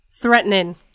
Threatening